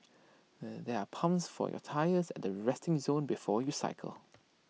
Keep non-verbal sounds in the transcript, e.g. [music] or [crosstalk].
[hesitation] there are pumps for your tyres at the resting zone before you cycle